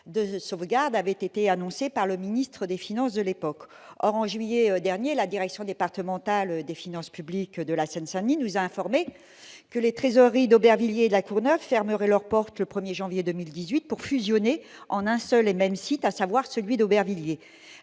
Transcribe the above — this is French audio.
de sauvegarde avaient été faites par le ministre des finances de l'époque. Or, en juillet dernier, la direction départementale des finances publiques de la Seine-Saint-Denis nous a informés que les trésoreries d'Aubervilliers et de La Courneuve fermeraient leurs portes le 1 janvier 2018 pour se regrouper sur un seul et même site, à savoir celui d'Aubervilliers.